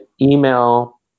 email